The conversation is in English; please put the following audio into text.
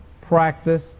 practice